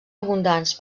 abundants